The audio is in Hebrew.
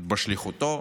בשליחותו,